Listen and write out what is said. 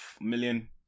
million